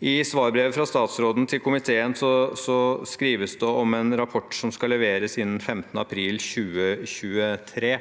I brevet fra statsråden til komiteen skrives det om en rapport som skal leveres innen 15. april 2023.